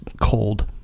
cold